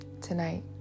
Tonight